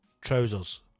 trousers